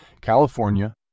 California